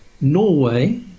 Norway